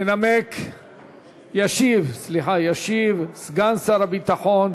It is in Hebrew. ישיב סגן שר הביטחון